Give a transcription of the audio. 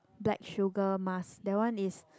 black sugar mask that one is